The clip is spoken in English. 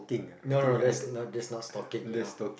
no no no that's not that's not stalking you know